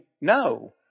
no